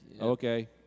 Okay